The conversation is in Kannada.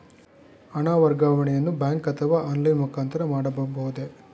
ಹಣ ವರ್ಗಾವಣೆಯನ್ನು ಬ್ಯಾಂಕ್ ಅಥವಾ ಆನ್ಲೈನ್ ಮುಖಾಂತರ ಮಾಡಬಹುದೇ?